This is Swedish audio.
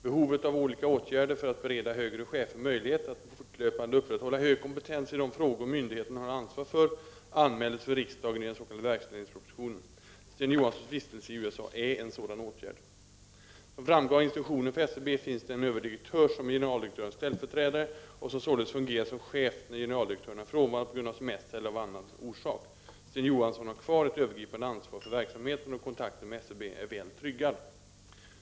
Behovet av olika åtgärder för att bereda högre chefer möjligheter att fortlöpande upprätthålla hög kompetens i de frågor myndigheten har ansvar för anmäldes för riksdagen i den s.k. verksledningspropositionen. Vistelsen i USA är en sådan åtgärd. Som framgår av instruktionen för SCB finns det en överdirektör, som är generaldirektörens ställföreträdare och som således fungerar som chef när generaldirektören är frånvarande på grund av semester eller av annan orsak. Generaldirektören har kvar ett övergripande ansvar för verksamheten, och kontakten med SCB är väl tryggad.